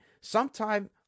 sometime